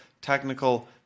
technical